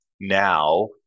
now